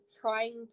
trying